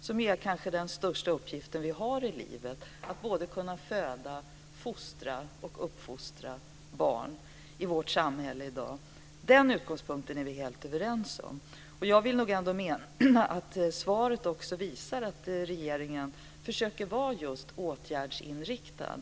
Det är kanske den största uppgift vi har i livet att kunna föda, fostra och uppfostra barn i vårt samhälle i dag. Den utgångspunkten är vi helt överens om. Jag vill nog ändå mena att svaret visar att regeringen försöker att vara just åtgärdsinriktad.